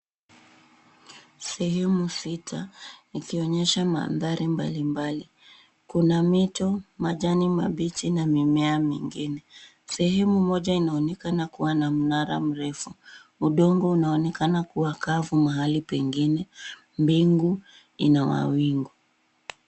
Sehemu sita ikionyesha mandhari mbalimbali. Kuna mito, majani mabichi na mimea mingine. Sehemu moja inaonekana kuwa na mnara mrefu. Udongo unaonekana kuwa kavu mahali pengine. Mbingu ina mawingu.